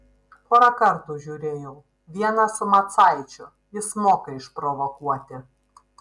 porą kartų žiūrėjau vieną su macaičiu jis moka išprovokuoti